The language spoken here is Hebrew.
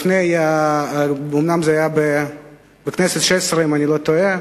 זה היה בכנסת השש-עשרה, אם אני לא טועה,